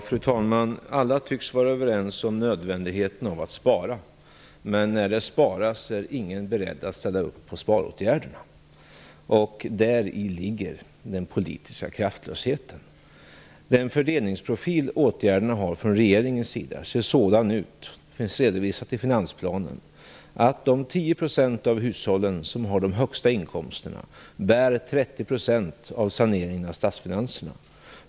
Fru talman! Alla tycks vara överens om nödvändigheten av att spara, men när det sparas är ingen beredd att ställa upp på sparåtgärder. Däri ligger den politiska kraftlösheten. Den fördelningsprofil regeringens åtgärder har ser sådan ut - det finns redovisat i finansplanen - att de 30 % av saneringen av statsfinanserna.